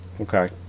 Okay